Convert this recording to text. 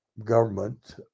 Government